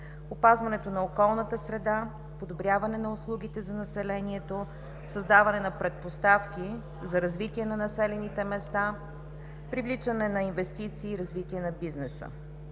опазването на околната среда, подобряване на услугите за населението, създаване на предпоставки за развитие на населените места, привличане на инвестиции и развитие на бизнеса.